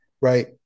Right